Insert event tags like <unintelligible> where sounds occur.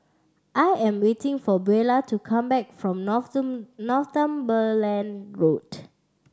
I am waiting for Beula to come back from <unintelligible> Northumberland Road